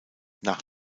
nach